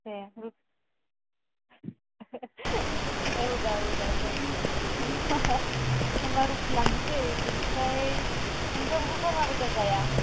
दे रुटि औ रा औ रा जायो होमबा रुटि लांनोसै बिनिफ्राय नोंसाथ' बोरमा बेदर जाया